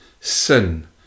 sin